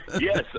yes